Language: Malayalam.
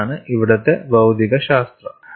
അതാണ് ഇവിടത്തെ ഭൌതികശാസ്ത്രം